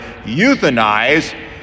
euthanize